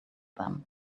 them